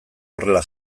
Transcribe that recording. horrela